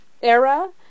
Era